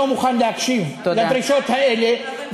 לא מוכן להקשיב לדרישות האלה,